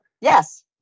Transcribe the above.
yes